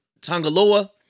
Tangaloa